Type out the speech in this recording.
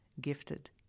gifted